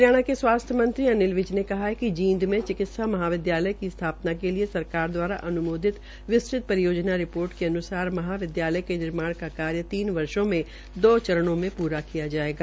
हरियाणा के स्वास्थ्य मंत्री अनिल विज ने कहा है कि जींद में चिकित्सा महाविद्यालय की स्थापना के लिए सरकार द्वारा अनुमोदित विस्तृत परियोजना रिपोर्श के अन्सार महाविदयालय के निर्माझा का कार्य तीन वर्षो में दो चरणों में पूरा होगा